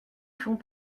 font